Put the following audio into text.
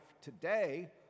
today